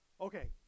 Okay